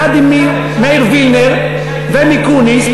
יחד עם מאיר וילנר ומיקוניס,